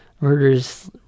murders